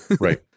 Right